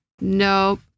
Nope